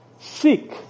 Seek